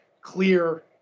clear